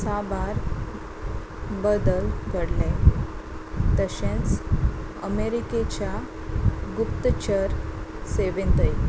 साबार बदल घडले तशेंच अमेरिकेच्या गुप्तचर सेवेंतय